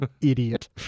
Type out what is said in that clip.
idiot